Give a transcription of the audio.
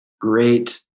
great